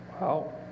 Wow